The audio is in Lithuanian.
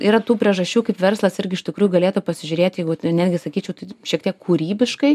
yra tų priežasčių kaip verslas irgi iš tikrųjų galėtų pasižiūrėti jeigu netgi sakyčiau tai šiek tiek kūrybiškai